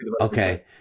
Okay